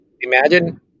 imagine